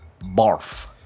Barf